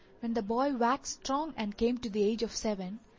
when the boy waxed strong and came to the age of seven,